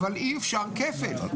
אבל אי אפשר כפל.